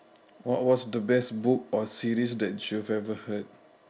what was the most book or series that you have ever heard